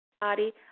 body